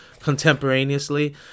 contemporaneously